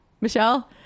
Michelle